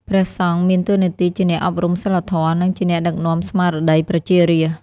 ព្រះសង្ឃមានតួនាទីជាអ្នកអប់រំសីលធម៌ និងជាអ្នកដឹកនាំស្មារតីប្រជារាស្ត្រ។